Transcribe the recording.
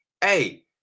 hey